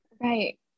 right